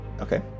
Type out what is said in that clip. okay